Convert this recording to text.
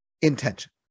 intention